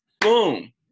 Boom